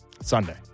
Sunday